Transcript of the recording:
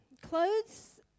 Clothes